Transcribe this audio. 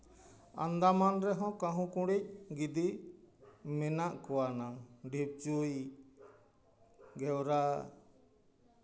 ᱟᱱᱫᱟᱢᱟᱱ ᱨᱮᱦᱚᱸ ᱠᱟᱹᱦᱩ ᱠᱩᱲᱤᱫ ᱜᱤᱫᱤ ᱢᱮᱱᱟᱜ ᱠᱚᱣᱟ ᱱᱟᱝ ᱰᱷᱤᱯᱪᱩᱭ ᱜᱷᱮᱣᱨᱟ